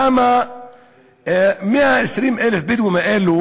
למה 120,000 הבדואים האלו